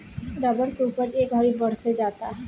rubber के उपज ए घड़ी बढ़ते जाता